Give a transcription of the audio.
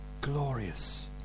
glorious